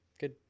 good